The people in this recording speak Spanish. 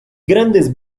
grandes